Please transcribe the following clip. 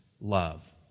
love